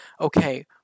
Okay